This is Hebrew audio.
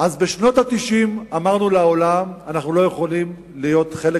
אז בשנות ה-90 אמרנו לעולם שאנחנו לא יכולים להיות חלק